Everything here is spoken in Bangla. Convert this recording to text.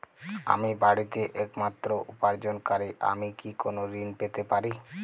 আমি বাড়িতে একমাত্র উপার্জনকারী আমি কি কোনো ঋণ পেতে পারি?